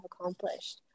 accomplished